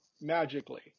magically